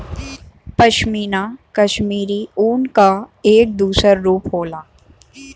पशमीना कशमीरी ऊन क एक दूसर रूप होला